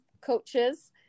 coaches